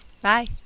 Bye